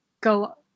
go